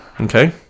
Okay